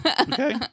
Okay